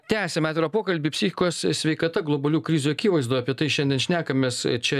tęsiame atvirą pokalbį psichikos sveikata globalių krizių akivaizdoj apie tai šiandien šnekamės čia